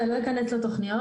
אני לא אכנס לתכניות,